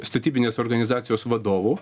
statybinės organizacijos vadovu